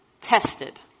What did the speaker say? tested